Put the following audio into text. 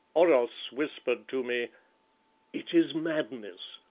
oros whispered to me it is madness,